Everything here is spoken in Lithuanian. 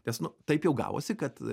nes nu taip jau gavosi kad